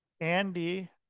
Andy